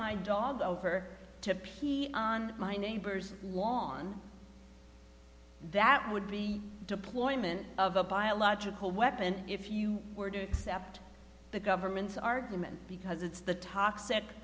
my dog over to pee on my neighbor's lawn that would be deployment of a biological weapon if you were to accept the government's argument because it's the